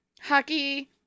hockey